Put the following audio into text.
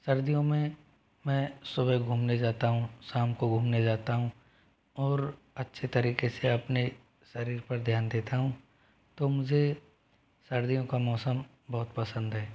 सर्दियों में मैं सुबह घूमने जाता हूँ शाम को घूमने जाता हूँ और अच्छे तरीक़े से अपने शरीर पर ध्यान देता हूँ तो मुझे सर्दियों का मौसम बहुत पसंद है